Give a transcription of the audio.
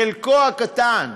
חלק קטן,